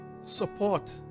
support